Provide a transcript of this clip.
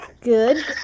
Good